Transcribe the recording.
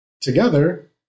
Together